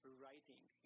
writing